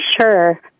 Sure